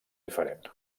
diferent